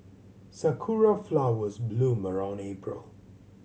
sakura flowers bloom around April